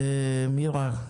מירה,